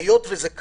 היות שזה כך,